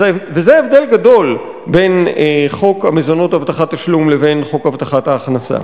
וזה הבדל גדול בין חוק המזונות (הבטחת תשלום) לבין חוק הבטחת ההכנסה.